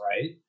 right